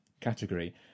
category